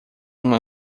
uma